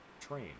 train